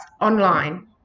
online